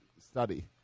study